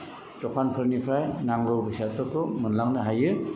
दखानफोरनिफ्राय नांगौ बेसादफोरखौ मोनलांनो हायो